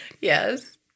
yes